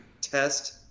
test